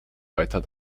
weiter